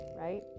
right